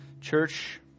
Church